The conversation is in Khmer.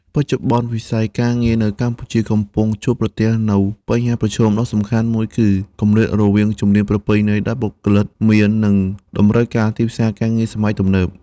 បច្ចុប្បន្ន វិស័យការងារនៅកម្ពុជាកំពុងជួបប្រទះនូវបញ្ហាប្រឈមដ៏សំខាន់មួយ គឺគម្លាតរវាងជំនាញប្រពៃណីដែលបុគ្គលិកមាន និងតម្រូវការទីផ្សារការងារសម័យទំនើប។